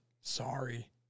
Sorry